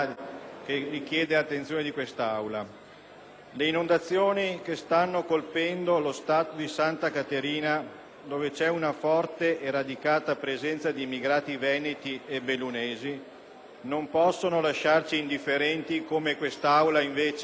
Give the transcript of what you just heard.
Le inondazioni che stanno colpendo lo Stato di Santa Caterina, dove c'è una forte e radicata presenza di immigrati veneti, non possono lasciarci indifferenti come sembra invece che accada